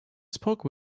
spoke